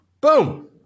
Boom